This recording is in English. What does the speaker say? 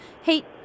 Hey